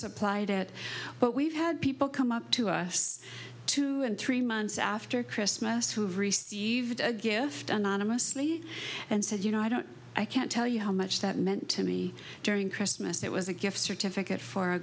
supplied it but we've had people come up to us two and three months after christmas who received a gift anonymously and said you know i don't i can't tell you how much that meant to me during christmas that was a gift certificate for a